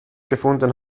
gefunden